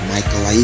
Michael